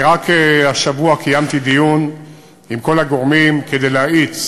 רק השבוע קיימתי דיון עם כל הגורמים כדי להאיץ